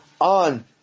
on